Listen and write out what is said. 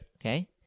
Okay